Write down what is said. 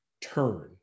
turn